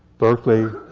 berkeley,